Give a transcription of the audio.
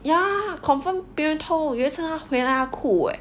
ya confirm 别人偷有一次他回来他哭 eh